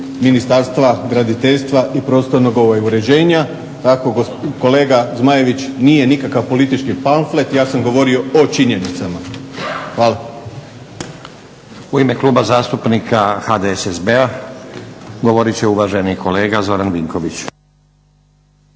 Ministarstva graditeljstva i prostornoga uređenja. Tako kolega Zmajlović nije nikakav politički pamflet. Ja sam govorio o činjenicama. Hvala. **Stazić, Nenad (SDP)** U ime kluba zastupnika HDSSB-a govorit će uvaženi kolega Zoran Vinković.